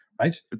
right